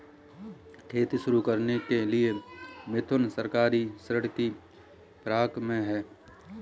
खेती शुरू करने के लिए मिथुन सहकारी ऋण की फिराक में है